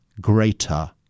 greater